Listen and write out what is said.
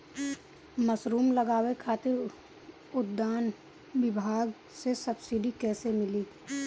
Mushroom लगावे खातिर उद्यान विभाग से सब्सिडी कैसे मिली?